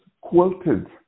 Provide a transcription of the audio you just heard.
quilted